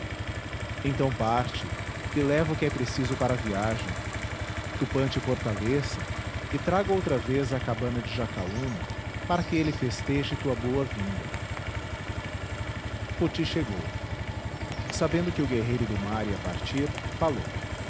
então parte e leva o que é preciso para a viagem tupã te fortaleça e traga outra vez à cabana de jacaúna para que ele festeje tua boa-vinda poti chegou sabendo que o guerreiro do mar ia partir